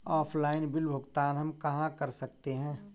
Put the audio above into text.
Offline bill भुगतान हम कहां कर सकते हैं?